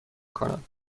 کند